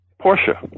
Portia